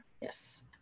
yes